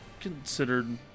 considered